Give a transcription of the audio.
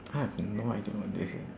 I have no idea what they said